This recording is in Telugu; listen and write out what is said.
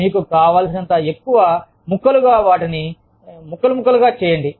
మీకు కావలసినంత ఎక్కువ ముక్కలుగా వాటిని ముక్కలు చేయండి